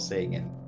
Sagan